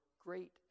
great